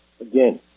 Again